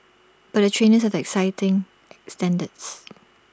but the trainers have exacting standards